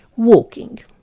walking.